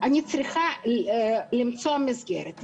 אני צריכה למצוא מסגרת.